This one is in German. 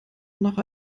nach